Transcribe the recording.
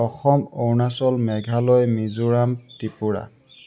Assam Arunachal Meghalaya Mizoram Tripura